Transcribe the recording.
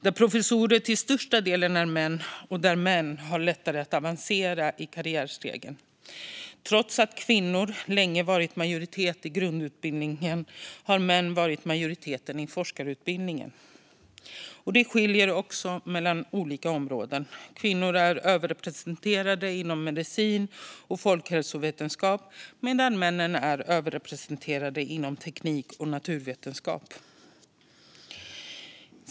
Det är till största delen män som är professorer, och män har lättare att avancera på karriärstegen. Trots att kvinnor länge har varit i majoritet på grundutbildningen har män varit i majoritet på forskarutbildningen. Det skiljer också mellan olika områden. Kvinnor är överrepresenterade inom medicin och folkhälsovetenskap, medan männen är överrepresenterade inom teknik och naturvetenskap.